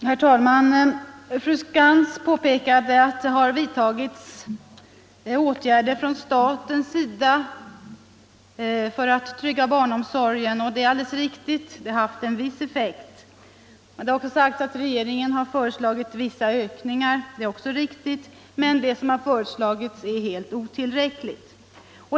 Herr talman! Fru Skantz påpekade att det har vidtagits åtgärder från statens sida för att trygga barnomsorgen. Det är alldeles riktigt att det har haft en viss effekt. Det har också sagts att regeringen föreslagit vissa ökningar. Det är också riktigt, men det som har föreslagits är helt otillräckligt.